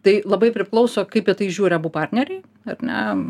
tai labai priklauso kaip į tai žiūri abu partneriai ar ne